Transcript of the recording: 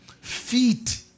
feet